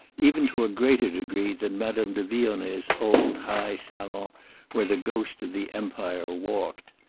even to a greater degree than madame de vionnet's old high salon where the ghost of the empire walked.